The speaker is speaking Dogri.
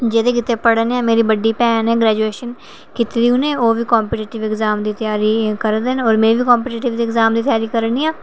जेह्दे गित्तै पढ़ाने आं मेरी बड्डी भैन नै ग्रेजूएशन '' कीती दी उनें ते ओह्बी कंपीटैटिव एग्ज़ाम दी त्यारी करा दे न ते अं'ऊ बी कंपीटैटिव एग्ज़ाम दी त्यारी करा ने आं